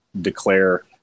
declare